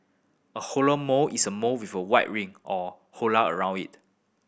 a halo mole is a mole with a white ring or halo around it